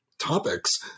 topics